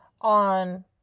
on